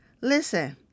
Listen